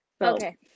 Okay